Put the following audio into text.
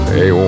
Hey